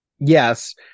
Yes